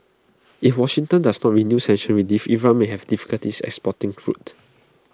if Washington does not renew sanctions relief Iran may have difficulties exporting crude